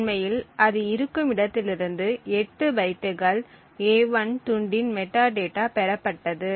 உண்மையில் அது இருக்கும் இடத்திலிருந்து 8 பைட்டுகள் a1 துண்டின் மெட்டாடேட்டா பெறப்பட்டது